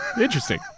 Interesting